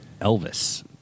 elvis